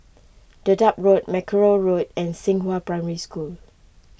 Dedap Road Mackerrow Road and Xinghua Primary School